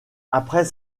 après